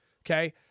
Okay